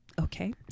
okay